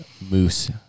moose